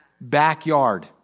backyard